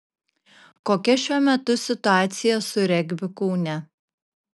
kokia šiuo metu situacija su regbiu kaune